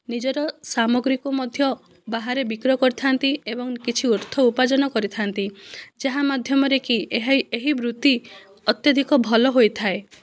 ନିଜର ସାମଗ୍ରିକୁ ମଧ୍ୟ ବାହାରେ ବିକ୍ରୟ କରିଥାନ୍ତି ଏବଂ କିଛି ଅର୍ଥ ଉପାର୍ଜନ କରିଥାନ୍ତି ଯାହା ମାଧ୍ୟମରେ କି ଏହା ଏହି ବୃତ୍ତି ଅତ୍ୟଧିକ ଭଲ ହୋଇଥାଏ